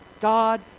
God